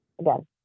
Again